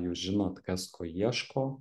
jūs žinot kas ko ieško